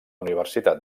universitat